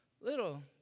little